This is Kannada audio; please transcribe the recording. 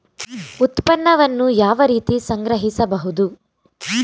ಉತ್ಪನ್ನವನ್ನು ಯಾವ ರೀತಿ ಸಂಗ್ರಹಿಸಬಹುದು?